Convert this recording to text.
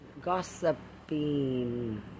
Gossiping